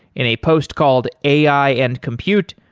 in a post called ai and compute,